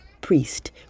Priest